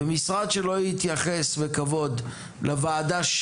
ומשרד שלא יתייחס בכבוד לוועדה,